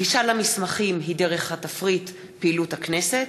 הגישה למסמכים היא דרך התפריט "פעילות הכנסת,